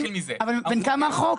אבל בן כמה החוק?